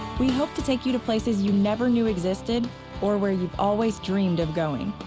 we hope to take you to places you never knew existed or where you always dreamed of going.